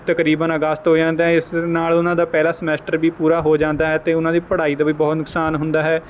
ਤਕਰੀਬਨ ਅਗਸਤ ਹੋ ਜਾਂਦਾ ਹੈ ਇਸ ਨਾਲ ਉਹਨਾਂ ਦਾ ਪਹਿਲਾ ਸਮੈਸਟਰ ਵੀ ਪੂਰਾ ਹੋ ਜਾਂਦਾ ਹੈ ਅਤੇ ਉਹਨਾਂ ਦੀ ਪੜ੍ਹਾਈ ਦਾ ਵੀ ਬਹੁਤ ਨੁਕਸਾਨ ਹੁੰਦਾ ਹੈ